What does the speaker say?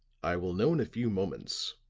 i will know in a few moments,